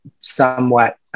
somewhat